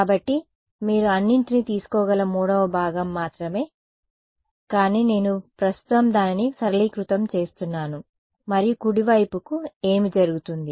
కాబట్టి మీరు అన్నింటినీ తీసుకోగల 3వ భాగం మాత్రమే కానీ నేను ప్రస్తుతం దానిని సరళీకృతం చేస్తున్నాను మరియు కుడి వైపుకు ఏమి జరుగుతుంది